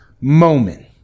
moment